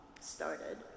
started